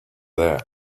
there